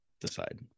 decide